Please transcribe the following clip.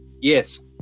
Yes